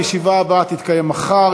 הישיבה הבאה תתקיים מחר,